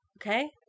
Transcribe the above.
Okay